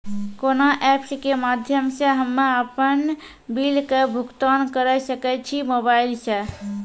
कोना ऐप्स के माध्यम से हम्मे अपन बिल के भुगतान करऽ सके छी मोबाइल से?